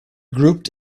grouped